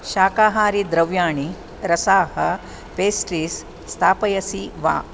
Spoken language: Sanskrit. शाकाहारीद्रव्याणि रसाः पेस्ट्रीस् स्थापयसि वा